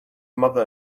mother